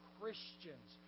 Christians